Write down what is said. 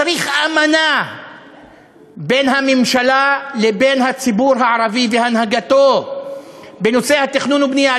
צריך אמנה בין הממשלה לבין הציבור הערבי והנהגתו בנושא התכנון ובנייה,